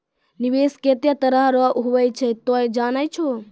निवेश केतै तरह रो हुवै छै तोय जानै छौ